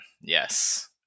Yes